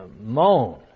moan